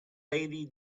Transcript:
lady